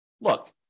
look